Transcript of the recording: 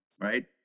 right